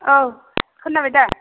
औ खोनाबाय दा